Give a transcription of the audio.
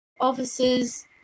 officers